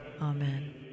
Amen